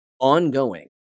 ongoing